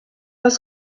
oes